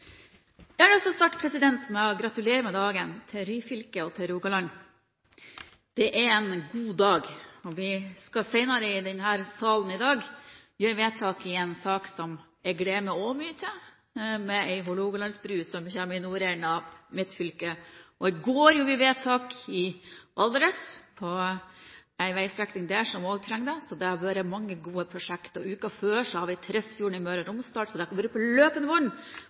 Jeg har lyst til å starte med å gratulere Ryfylke og Rogaland med dagen. Det er en god dag! Vi skal senere i dag i denne salen gjøre vedtak i en sak som jeg også gleder meg mye til, saken om Hålogalandsbrua, som kommer i nordenden av mitt fylke. I går gjorde vi vedtak som gjaldt en veistrekning i Valdres, der de også trenger det. Det har vært mange gode prosjekter. Uken før var det Tresfjord i Møre og Romsdal. På løpende